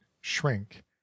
shrink